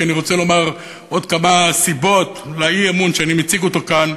כי אני רוצה לומר עוד כמה סיבות לאי-אמון שאני מציג כאן,